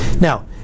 Now